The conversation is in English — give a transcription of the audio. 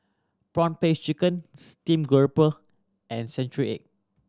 prawn paste chicken steamed grouper and century egg